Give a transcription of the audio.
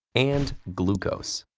and glucose.